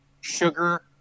sugar